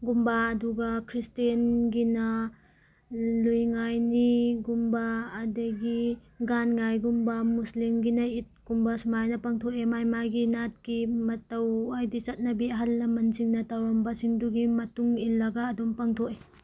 ꯒꯨꯝꯕ ꯑꯗꯨꯒ ꯈ꯭ꯔꯤꯁꯇꯦꯟꯒꯤꯅ ꯂꯨꯏ ꯉꯥꯏ ꯅꯤꯒꯨꯝꯕ ꯑꯗꯒꯤ ꯒꯥꯟ ꯉꯥꯏ ꯒꯨꯝꯕ ꯃꯨꯁꯂꯤꯝꯒꯤꯅ ꯏꯠꯀꯨꯝꯕ ꯁꯨꯃꯥꯏꯅ ꯄꯥꯡꯊꯣꯛꯑꯦ ꯃꯥꯒꯤ ꯃꯥꯒꯤ ꯅꯥꯠꯀꯤ ꯃꯇꯧ ꯍꯥꯏꯗꯤ ꯆꯠꯅꯕꯤ ꯑꯍꯜ ꯂꯃꯟꯁꯤꯡꯅ ꯇꯧꯔꯝꯕꯁꯤꯡꯗꯨꯒꯤ ꯃꯇꯨꯡ ꯏꯜꯂꯒ ꯑꯗꯨꯝ ꯄꯥꯡꯊꯣꯛꯑꯦ